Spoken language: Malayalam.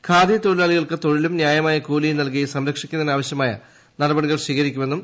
ഖാദി തൊഴിലാളികൾക്ക് തൊഴിലും ന്യായമായ കൂലിയും നൽകി സംരക്ഷിക്കുന്നതിനാവശൃമായ നടപടികൾ സ്വീകരിക്കുമെന്നും